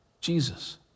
Jesus